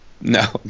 no